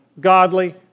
godly